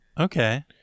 Okay